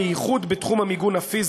בייחוד בתחום המיגון הפיזי,